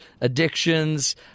addictions